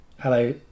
Hello